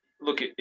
look